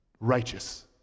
righteous